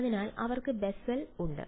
അതിനാൽ അവർക്ക് ബെസൽ ഉണ്ട്